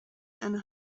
and